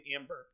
amber